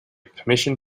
permission